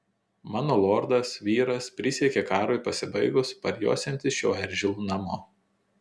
mano lordas vyras prisiekė karui pasibaigus parjosiantis šiuo eržilu namo